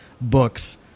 books